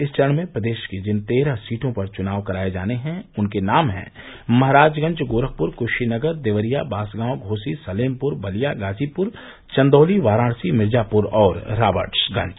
इस चरण में प्रदेश की जिन तेरह सीटों पर चुनाव कराये जाने हैं उनके नाम हैं महराजगंज गोरखपुर कुशीनगर देवरिया बांसगांव घोसी सलेमपुर बलिया गाजीपुर चन्दौली वाराणसी मिर्जापुर और राबर्ट्सगंज